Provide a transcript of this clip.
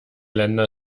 länder